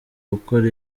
gukora